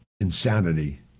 insanity